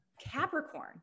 Capricorn